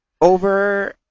over